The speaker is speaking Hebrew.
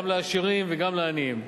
גם לעשירים וגם לעניים,